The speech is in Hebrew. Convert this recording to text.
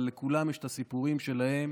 אבל לכולם יש הסיפורים שלהם